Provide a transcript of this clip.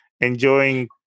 enjoying